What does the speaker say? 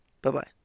Bye-bye